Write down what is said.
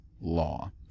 Law